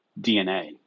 DNA